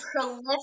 prolific